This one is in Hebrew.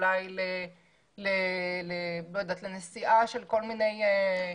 אולי לנשיאה של כל מיני דברים.